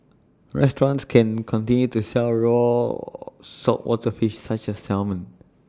restaurants can continue to sell raw saltwater fish such as salmon